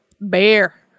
bear